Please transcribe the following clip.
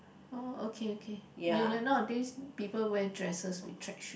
oh okay okay ya ya nowadays people wear dresses with track shoe